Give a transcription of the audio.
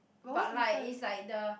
but like it's like the